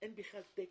אין בכלל תקן.